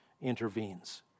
intervenes